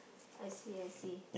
I see I see